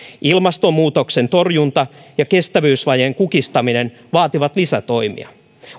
ilmastonmuutoksen torjunta ja kestävyysvajeen kukistaminen vaativat lisätoimia